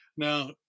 Now